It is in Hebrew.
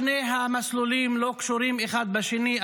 שני המסלולים לא קשורים אחד בשני,